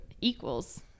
equals